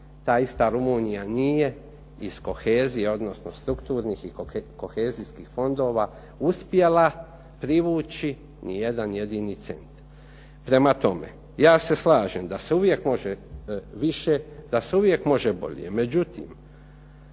ta ista Rumunjska nije iz kohezije, odnosno strukturnih i kohezijskih fondova uspjela privući ni jedan jedini centar. Prema tome, ja se slažem da se uvijek može više, da se uvijek može bolje,